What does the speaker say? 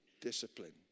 Discipline